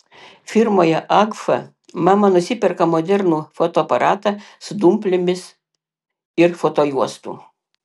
firmoje agfa mama nusiperka modernų fotoaparatą su dumplėmis ir fotojuostų